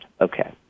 Okay